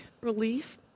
relief